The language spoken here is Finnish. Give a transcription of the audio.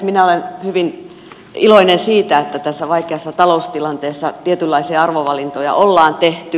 minä olen hyvin iloinen siitä että tässä vaikeassa taloustilanteessa tietynlaisia arvovalintoja on tehty